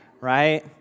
Right